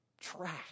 trash